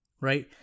Right